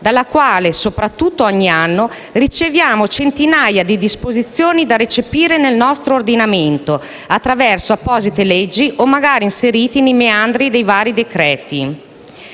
dalla quale riceviamo soprattutto, ogni anno, centinaia di disposizioni da recepire nel nostro ordinamento attraverso apposite leggi o magari inserite nei meandri dei vari decreti.